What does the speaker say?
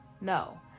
No